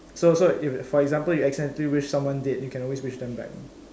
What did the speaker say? so so if for example you accidentally wish someone dead you can always wish them back